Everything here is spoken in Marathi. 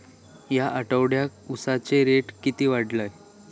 या आठवड्याक उसाचो रेट किती वाढतलो?